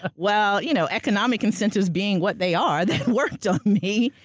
ah well, you know, economic incentives being what they are, that worked on me.